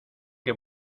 que